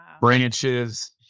branches